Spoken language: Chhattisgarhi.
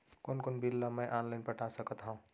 कोन कोन बिल ला मैं ऑनलाइन पटा सकत हव?